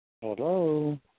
Hello